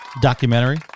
documentary